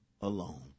alone